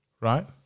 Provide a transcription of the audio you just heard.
Right